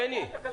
--- יבגני,